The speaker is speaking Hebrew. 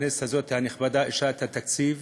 הכנסת הנכבדה הזאת אישרה את התקציב